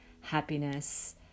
happiness